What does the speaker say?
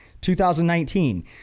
2019